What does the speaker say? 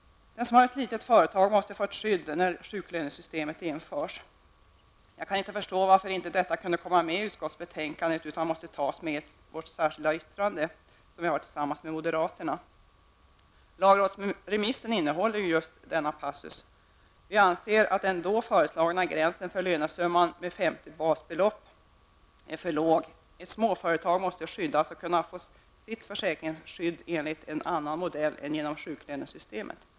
Den som har ett litet företag måste få ett skydd när sjuklönesystemet införs. Jag kan inte förstå varför inte detta kunde komma med i utskottsbetänkandet utan måste tas med i det särskilda yttrande som vi har tillsammans med moderaterna. Lagrådsremissen innehåller ju just denna passus. Vi anser att den då föreslagna gränsen för lönesumman med 50 basbelopp är för låg. Ett småföretag måste skyddas och kunna få sitt försäkringsskydd enligt en annan modell än genom sjuklönesystemet.